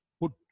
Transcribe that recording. put